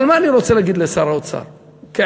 אבל מה אני רוצה לומר לשר האוצר כעצה?